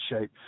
shape